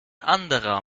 anderer